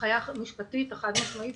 ההנחיה המשפטית החד משמעית,